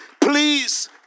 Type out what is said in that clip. please